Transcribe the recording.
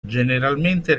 generalmente